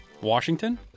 Washington